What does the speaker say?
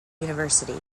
university